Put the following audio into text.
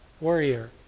warrior